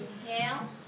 inhale